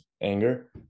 anger